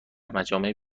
مجامع